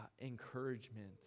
encouragement